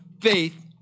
faith